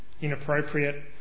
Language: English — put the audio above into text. inappropriate